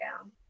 down